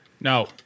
No